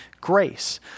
grace